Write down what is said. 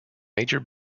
major